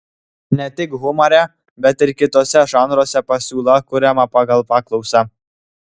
ne tik humore bet ir kituose žanruose pasiūla kuriama pagal paklausą